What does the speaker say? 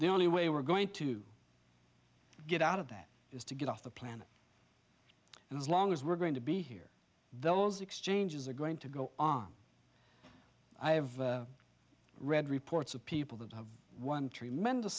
the only way we're going to get out of that is to get off the planet and as long as we're going to be here those exchanges are going to go on i have read reports of people that have won tremendous